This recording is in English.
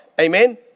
Amen